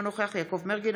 אינו נוכח יעקב מרגי,